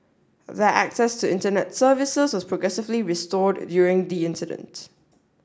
their access to Internet services was progressively restored during the incident